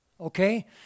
Okay